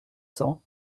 cents